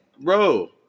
bro